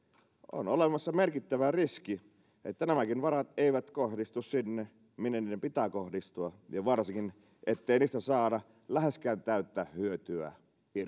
on olemassa merkittävä riski että nämäkään varat eivät kohdistu sinne minne niiden pitää kohdistua ja varsinkin ettei niistä saada läheskään täyttä hyötyä